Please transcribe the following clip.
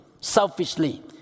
selfishly